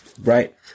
Right